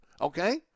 okay